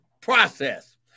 process